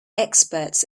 experts